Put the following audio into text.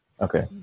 Okay